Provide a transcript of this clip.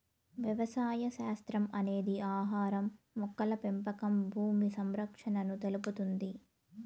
వ్యవసాయ శాస్త్రం అనేది ఆహారం, మొక్కల పెంపకం భూమి సంరక్షణను తెలుపుతుంది